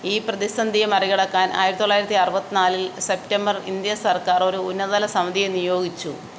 ഈ പ്രതിസന്ധിയെ മറികടക്കാൻ ആയിരത്തി തൊള്ളായിരത്തി അറുപത്തി നാലിൽ സെപ്റ്റംബർ ഇൻഡ്യാ സര്ക്കാര് ഒരു ഉന്നതതല സമിതിയെ നിയോഗിച്ചു